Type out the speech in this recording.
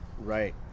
right